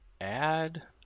add